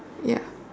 ya